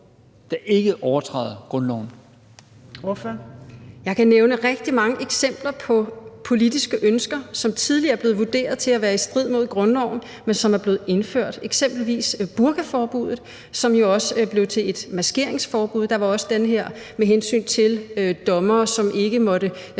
Mette Thiesen (NB): Jeg kan nævne rigtig mange eksempler på politiske ønsker, som tidligere er blevet vurderet til at være i strid med grundloven, som er blevet indført, eksempelvis burkaforbuddet, som jo blev til et maskeringsforbud. Der var også det her med dommerne, som ikke måtte